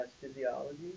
physiology